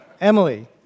Emily